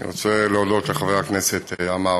אני רוצה להודות לחבר הכנסת עמאר,